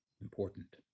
important